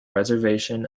reservation